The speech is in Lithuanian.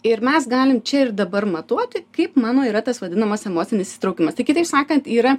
ir mes galim čia ir dabar matuoti kaip mano yra tas vadinamas emocinis įsitraukimas kitaip sakant yra